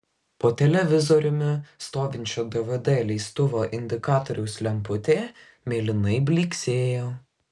po televizoriumi stovinčio dvd leistuvo indikatoriaus lemputė mėlynai blyksėjo